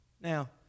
Now